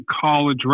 college